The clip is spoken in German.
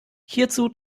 hierzu